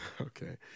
Okay